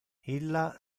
illa